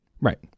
Right